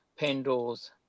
Pendles